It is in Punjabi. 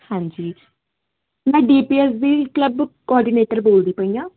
ਹਾਂਜੀ ਮੈਂ ਡੀ ਪੀ ਐਸ ਦੀ ਕਲੱਬ ਕੋਆਰਡੀਨੇਟਰ ਬੋਲਦੀ ਪਈ ਆ